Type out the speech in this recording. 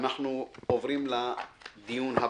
אנחנו עוברים לדיון.